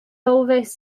always